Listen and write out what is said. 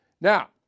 Now